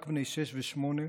רק בני שש ושמונה,